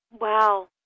Wow